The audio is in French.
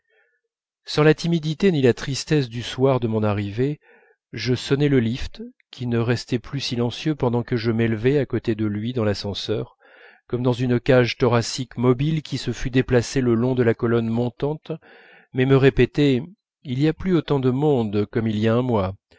sans la timidité ni la tristesse du soir de mon arrivée je sonnai le lift qui ne restait plus silencieux pendant que je m'élevais à côté de lui dans l'ascenseur comme dans une cage thoracique mobile qui se fût déplacée le long de la colonne montante mais me répétait il n'y a plus autant de monde comme il y a un mois